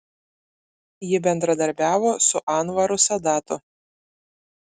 ji bendradarbiavo ir su anvaru sadatu